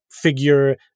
Figure